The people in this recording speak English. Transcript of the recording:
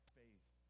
faith